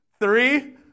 Three